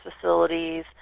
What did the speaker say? facilities